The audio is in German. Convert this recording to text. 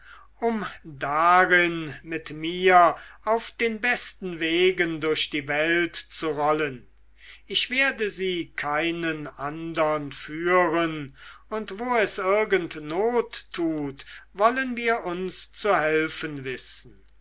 um darin mit mir auf den besten wegen durch die welt zu rollen ich werde sie keinen andern führen und wo es irgend not tut wollen wir uns zu helfen wissen